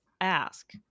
ask